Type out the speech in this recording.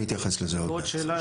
אני אתייחס לזה עוד מעט.